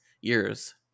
years